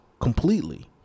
completely